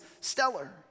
stellar